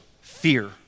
fear